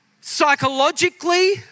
Psychologically